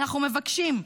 אנחנו מבקשים.